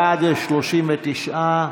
בעד, 39,